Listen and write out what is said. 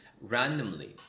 randomly